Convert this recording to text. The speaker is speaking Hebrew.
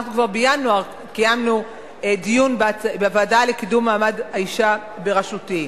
כבר בינואר קיימנו דיון בוועדה לקידום מעמד האשה בראשותי.